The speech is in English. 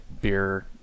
beer